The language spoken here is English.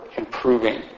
improving